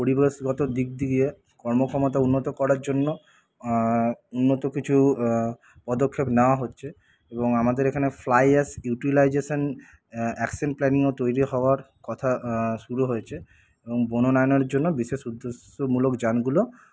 পরিবেশগত দিক দিয়ে কর্মক্ষমতা উন্নত করার জন্য উন্নত কিছু পদক্ষেপ নেওয়া হচ্ছে এবং আমাদের এখানে ফ্লাই অ্যাস ইউটিলাইজেশন অ্যাকশন প্ল্যানিংও তৈরি হওয়ার কথা শুরু হয়েছে এবং মনোনয়নের জন্য বিশেষ উদ্দেশ্যমূলক যানগুলো